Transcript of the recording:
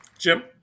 Jim